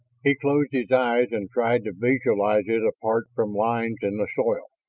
he closed his eyes and tried to visualize it apart from lines in the soil.